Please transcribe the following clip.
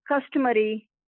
customary